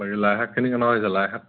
বাকী লাই শাকখিনি কেনেকুৱা হৈছে লাই শাক